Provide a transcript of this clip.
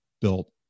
built